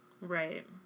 Right